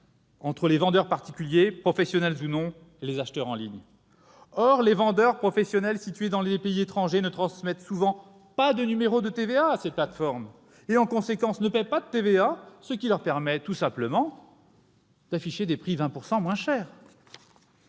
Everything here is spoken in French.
entre des vendeurs particuliers, professionnels ou non, et des acheteurs en ligne. Or les vendeurs professionnels situés dans des pays étrangers ne transmettent souvent pas de numéro de TVA à ces plateformes et en conséquence ne paient pas de TVA, ce qui leur permet d'afficher des prix inférieurs